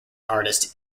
artist